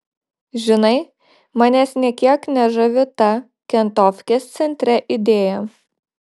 žinai manęs nė kiek nežavi ta kentofkės centre idėja